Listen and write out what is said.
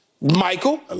Michael